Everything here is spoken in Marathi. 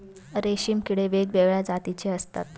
रेशीम किडे वेगवेगळ्या जातीचे असतात